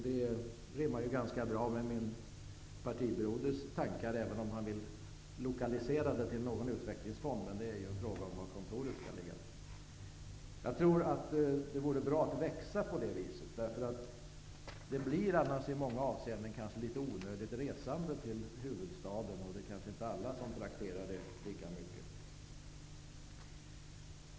Det rimmar ganska bra med min partibroders tankar, även om han vill lokalisera dem till någon utvecklingsfond, men det är ju en fråga om var kontoret skall ligga. Jag tror att det vore bra för fonden att växa på det sättet. Annars blir det i många avseenden kanske litet onödigt resande till huvudstaden, och det kanske inte alla är lika trakterade av.